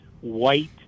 white